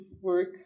work